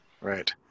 right